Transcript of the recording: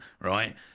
right